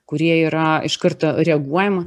kurie yra iš karto reaguojama